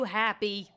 happy